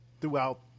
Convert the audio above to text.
Throughout